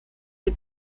der